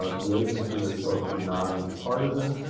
the agency is supposed to be nonpartisan.